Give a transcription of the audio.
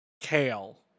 Kale